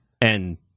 And-